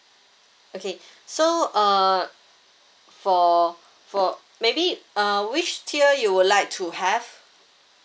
okay so uh for for maybe uh which tier you would like to have